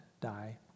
die